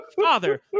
Father